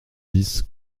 dix